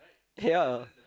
ya